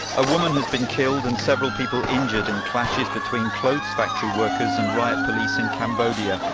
a woman has been killed and several people injured in clashes between clothes factory workers and riot police in cambodia.